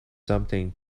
something